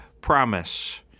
promise